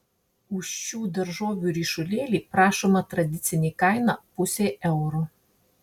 už šių daržovių ryšulėlį prašoma tradicinė kaina pusė euro